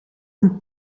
een